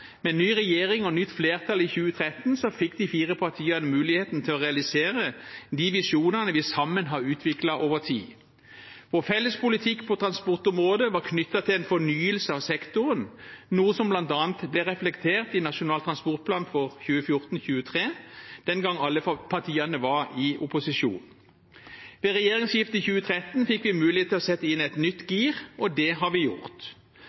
Med ny regjering og nytt flertall i 2013 fikk de fire partiene mulighet til å realisere de visjonene vi sammen har utviklet over tid. Vår felles politikk på transportområdet var knyttet til en fornyelse av sektoren, noe som bl.a. ble reflektert i Nasjonal transportplan for 2014–2023, den gang alle partiene var i opposisjon. Ved regjeringsskiftet i 2013 fikk vi mulighet til å sette inn et nytt gir, og det har vi gjort.